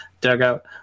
dugout